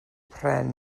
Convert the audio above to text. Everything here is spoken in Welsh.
pren